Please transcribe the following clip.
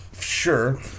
sure